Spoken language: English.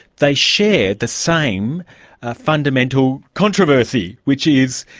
they share the same fundamental controversy, which is,